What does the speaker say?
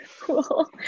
Cool